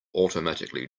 automatically